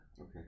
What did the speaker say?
Okay